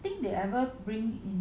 I think they ever bring